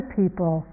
people